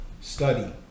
study